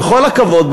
בכל הכבוד,